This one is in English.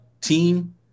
team